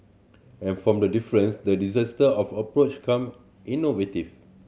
and from the difference the of approach come innovative